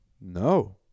No